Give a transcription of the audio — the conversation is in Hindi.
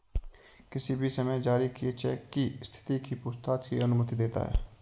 किसी भी समय जारी किए चेक की स्थिति की पूछताछ की अनुमति देता है